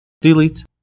Delete